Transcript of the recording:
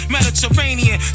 Mediterranean